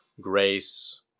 grace